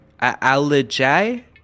Allergy